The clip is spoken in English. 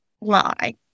lie